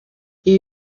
ibi